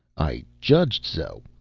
i judged so.